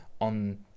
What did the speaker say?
on